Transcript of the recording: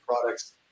products